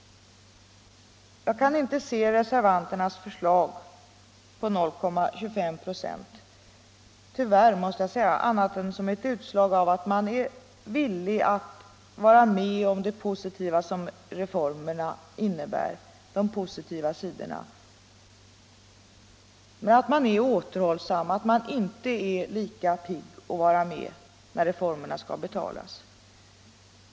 Jag kan tyvärr inte se reservanternas förslag på 0,25 96 som något annat än ett utslag av att de accepterar de positiva sidor som reformen innebär men inte är lika pigga på att vara med när reformerna skall betalas.